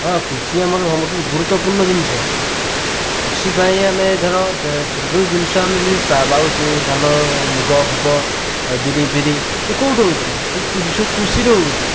ହଁ କୃଷି ଆମର ସବୁଠୁ ଗୁରୁତ୍ୱପୂର୍ଣ୍ଣ ଜିନିଷ କୃଷି ପାଇଁ ଆମେ ଧର ଯେଉଁ ଜିନିଷ ଆମେ ବି ପାଉଛୁ ଧାନ ମୁଗ ଫୁଗ ବିରି ଫିରି ସେ କେଉଁଠୁ ହେଉଛି ସବୁ କୃଷିରୁ ହେଉଛି